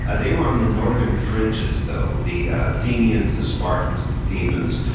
ah they run the northern fringes, though. the athenians, the spartans, the thebans,